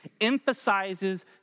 emphasizes